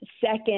second